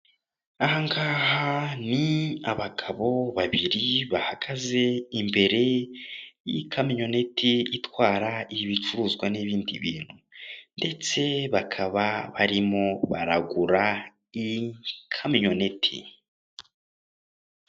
Aha ngaha ni abagabo babiri bahagaze imbere y'ikamyoneti itwara ibicuruzwa n'ibindi bintu ndetse bakaba barimo baragura ikamyoneti.